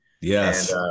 Yes